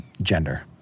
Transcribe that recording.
gender